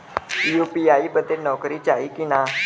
UPI बदे नौकरी चाही की ना?